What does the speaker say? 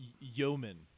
yeoman